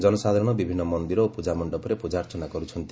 ଜନସାଧାରଣ ବିଭିନ୍ନ ମନ୍ଦିର ଓ ପ୍ରଜାମଣ୍ଡପରେ ପ୍ରଜାର୍ଚ୍ଚନା କରୁଛନ୍ତି